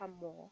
more